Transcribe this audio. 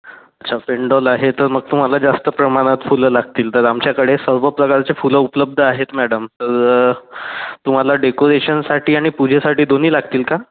अच्छा पेंडॉल आहे तर मग तुम्हाला जास्त प्रमाणात फुलं लागतील तर आमच्याकडे सर्व प्रकारची फुलं उपलब्ध आहेत मॅडम तर तुम्हाला डेकोरेशनसाठी आणि पूजेसाठी दोन्ही लागतील का